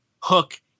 Hook